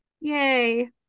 yay